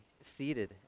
seated